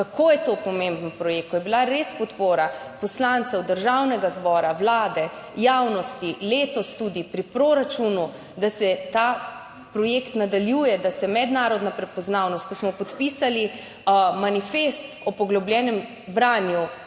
kako je to pomemben projekt, ko je bila res podpora poslancev Državnega zbora, Vlade, javnosti, letos tudi pri proračunu, da se ta projekt nadaljuje, da se mednarodna prepoznavnost, ko smo podpisali manifest o poglobljenem branju,